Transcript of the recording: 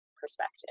perspective